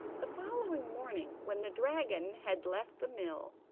the following morning, when the dragon had left the mill,